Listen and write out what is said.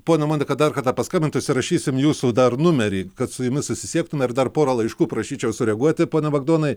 ponia monika dar kartą paskambint užsirašysim jūsų dar numerį kad su jumis susisiektume ir dar porą laiškų prašyčiau sureaguoti pone bagdonai